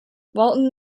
walton